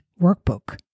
Workbook